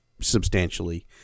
substantially